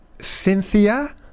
Cynthia